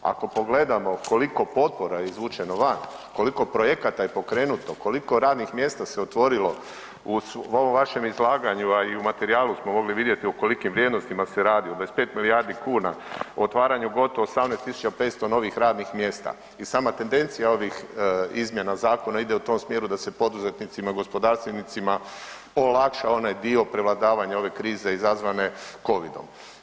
Ako pogledamo koliko je potpora izvučeno van, koliko projekata pokrenuto, koliko radnih mjesta se otvorilo u ovom vašem izlaganju, a i u materijalu smo mogli vidjeti o kolikim vrijednostima se radi od 25 milijardi kuna, o otvaranju gotovo 18.500 novih radnih mjesta i sama tendencija ovih izmjena zakona ide u tom smjeru da se poduzetnicima, gospodarstvenicima olakša onaj dio prevladavanja ove krize izazvane covidom.